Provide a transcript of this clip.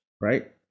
right